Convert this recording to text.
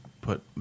put